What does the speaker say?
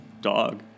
dog